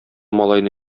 малайны